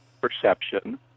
perception